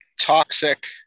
toxic